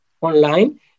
online